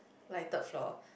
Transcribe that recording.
like third floor